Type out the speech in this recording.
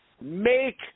Make